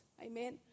amen